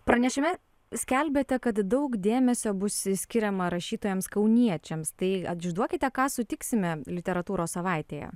pranešime skelbėte kad daug dėmesio bus skiriama rašytojams kauniečiams tai išduokite ką sutiksime literatūros savaitėje